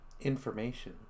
information